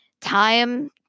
time